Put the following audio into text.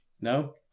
No